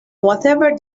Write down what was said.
whatever